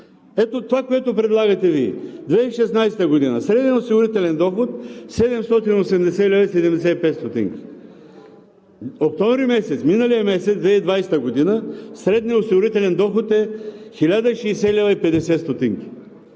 Ето това, което предлагате Вие – 2016 г., среден осигурителен доход 780,75 лв. Октомври месец – миналия месец, 2020 г. средният осигурителен доход е 1060,50 лв.